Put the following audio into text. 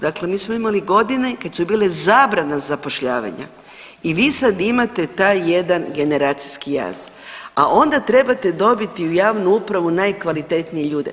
Dakle mi smo imali godine kad su bile zabrane zapošljavanja i vi sad imate taj jedan generacijski jaz, a onda trebate dobiti u javnu upravu najkvalitetnije ljude.